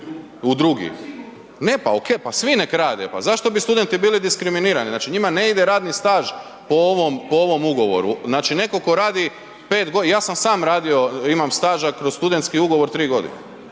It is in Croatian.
u drugi. Ne, pa ok, pa svi nek rade, pa zašto bi studenti bili diskriminirani. Znači njima ne ide radni staž po ovom ugovoru, znači neko ko radi pet godina, ja sam sam radio imam staža kroz studentski ugovor tri godine,